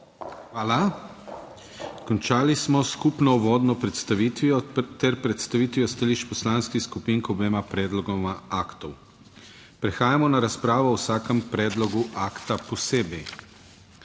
Hvala. Končali smo s skupno uvodno predstavitvijo ter predstavitvijo stališč poslanskih skupin k obema predlogoma aktov. Prehajamo na razpravo o vsakem predlogu akta posebej.